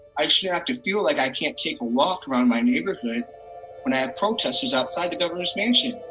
i shouldn't have to feel like i can't take a walk around my neighborhood when i have protestors outside the governor's mansion.